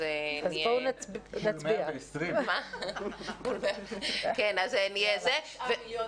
אז נהיה --- יש לנו 120. 9 מיליון,